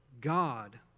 God